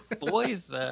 Boys